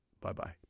Bye-bye